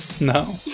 No